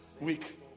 week